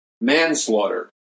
Manslaughter